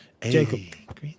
Jacob